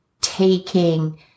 taking